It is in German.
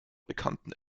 bekannten